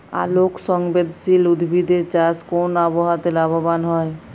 আলোক সংবেদশীল উদ্ভিদ এর চাষ কোন আবহাওয়াতে লাভবান হয়?